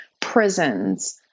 prisons